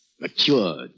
Matured